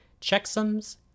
checksums